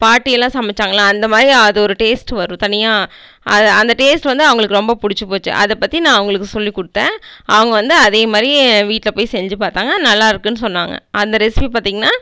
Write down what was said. பாட்டி எல்லாம் சமைச்சாங்கல்ல அந்த மாரி அது ஒரு டேஸ்ட்டு வரும் தனியாக அது அந்த டேஸ்ட் வந்து அவங்களுக்கு ரொம்ப பிடிச்சி போச்சு அதை பற்றி நான் அவங்களுக்கு சொல்லிக் கொடுத்தேன் அவங்க வந்து அதே மாரி வீட்டில் போய் செஞ்சு பார்த்தாங்க நல்லாருக்குன்னு சொன்னாங்க அந்த ரெஸிப்பி பார்த்திங்கனா